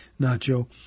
Nacho